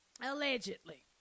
Allegedly